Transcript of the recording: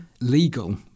legal